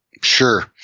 sure